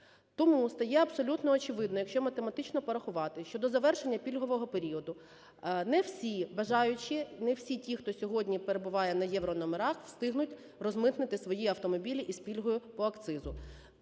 Тому стає абсолютно очевидно, якщо математично порахувати, що до завершення пільгового періоду не всі бажаючі, не всі ті, хто сьогодні перебуває на єврономерах, встигнуть розмитнити свої автомобілі із пільгою по акцизу.